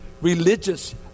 religious